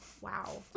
Wow